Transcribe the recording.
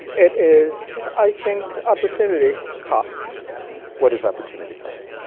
it is, i think, opportunity cost what is opportunity cost?